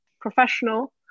professional